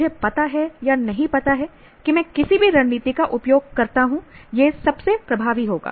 मुझे पता हैनहीं पता है कि मैं किसी भी रणनीति का उपयोग करता हूं यह सबसे प्रभावी होगा